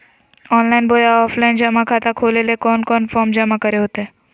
Online बोया offline जमा खाता खोले ले कोन कोन फॉर्म जमा करे होते?